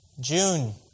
June